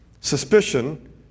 Suspicion